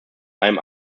einem